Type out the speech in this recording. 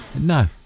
No